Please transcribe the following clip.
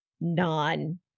non